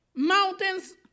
Mountains